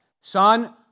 Son